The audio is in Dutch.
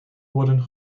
worden